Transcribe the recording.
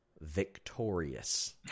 Victorious